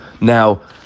Now